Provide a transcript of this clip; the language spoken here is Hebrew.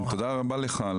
תודה רבה לך.